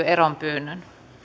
eronpyyntöä